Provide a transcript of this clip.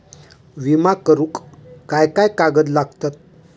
विमा करुक काय काय कागद लागतत?